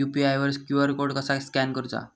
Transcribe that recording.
UPI वर QR code कसा scan करूचा?